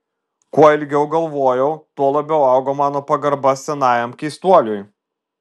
kuo ilgiau galvojau tuo labiau augo mano pagarba senajam keistuoliui